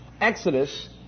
Exodus